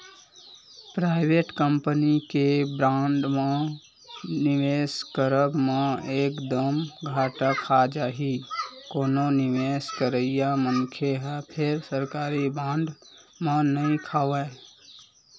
private company के bond म निवेस करब म एक दम घाटा खा जाही कोनो निवेस करइया मनखे ह फेर सरकारी बांड म नइ खावय